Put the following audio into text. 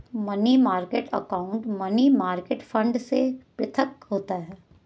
money market account money market fund से पृथक होता है